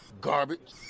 garbage